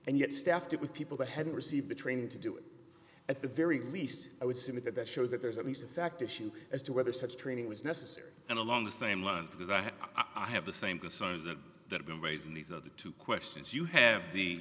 and yet staffed it with people but hadn't received the training to do it at the very least i would submit that that shows that there's at least a fact issue as to whether such training was necessary and along the same lines because i have i have the same concerns that that have been raised in these other two questions you have the